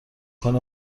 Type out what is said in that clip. کند